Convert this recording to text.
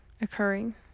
occurring